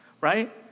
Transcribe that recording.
right